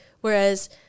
Whereas